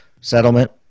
settlement